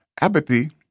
apathy